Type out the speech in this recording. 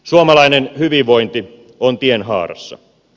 suomalainen hyvinvointi on tienhaarassa